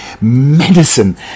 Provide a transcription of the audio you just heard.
medicine